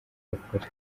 bakora